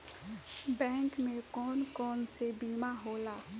Bank में कौन कौन से बीमा होला?